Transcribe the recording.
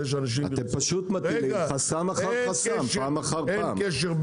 אתם פשוט מטילים חסם אחר חסם, פעם אחר פעם.